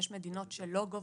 יש מדינות שלא גובות,